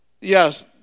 Yes